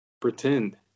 pretend